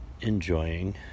Enjoying